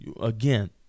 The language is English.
Again